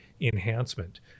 enhancement